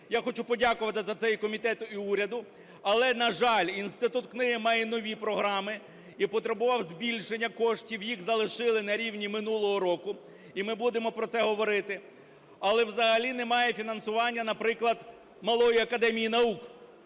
Я хочу подякувати за це і комітету, і уряду. Але, на жаль, інститут книги має нові програми і потребував збільшення коштів. Їх залишили на рівні минулого року. І ми будемо про це говорити. Але взагалі немає фінансування, наприклад, Малої академії наук.